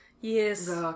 Yes